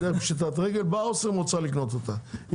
בדרך לפשיטת רגל באוסם רוצה לקנות אותה,